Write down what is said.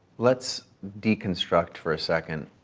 let's deconstruct for a second.